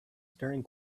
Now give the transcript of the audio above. staring